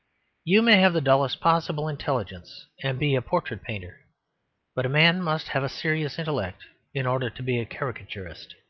you may have the dullest possible intelligence and be a portrait painter but a man must have a serious intellect in order to be a caricaturist.